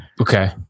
Okay